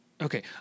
okay